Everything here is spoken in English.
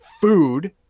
Food